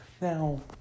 Now